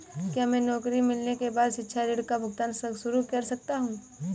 क्या मैं नौकरी मिलने के बाद शिक्षा ऋण का भुगतान शुरू कर सकता हूँ?